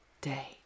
day